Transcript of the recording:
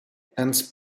ernst